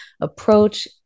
approach